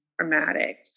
traumatic